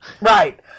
Right